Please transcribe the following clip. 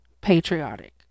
patriotic